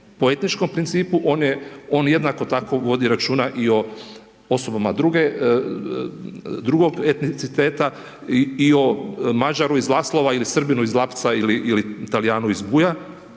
po etičkom principu, on jednako tako vodi računa i o osobama drugog etniciteta i o Mađaru iz Laslova, ili Srbinu iz Lapca ili Talijanu iz Buja